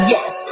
Yes